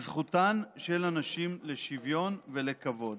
בזכותן של הנשים לשוויון ולכבוד.